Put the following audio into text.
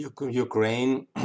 Ukraine